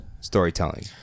storytelling